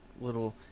little